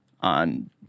on